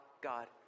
God